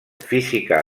física